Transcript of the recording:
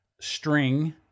string